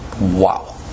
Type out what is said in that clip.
wow